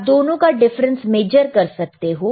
आप दोनों का डिफरेंस मेजर कर सकते हो